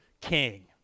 king